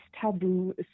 taboo